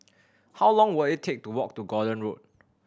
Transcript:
how long will it take to walk to Gordon Road